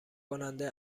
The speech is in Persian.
کننده